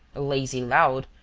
a lazy lout,